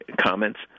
comments